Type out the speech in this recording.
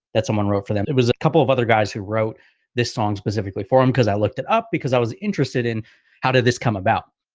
that someone wrote for them. it was a couple of other guys who wrote this song specifically for him because i looked it up because i was interested in how did this come about?